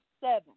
seven